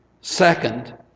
Second